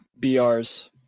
BRs